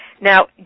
Now